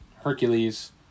Hercules